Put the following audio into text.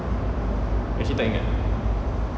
actually tak ingat